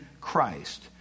Christ